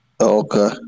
Okay